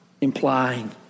implying